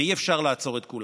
ואי-אפשר לעצור את כולם.